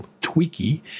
tweaky